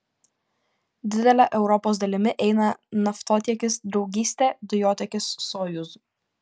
didele europos dalimi eina naftotiekis draugystė dujotiekis sojuz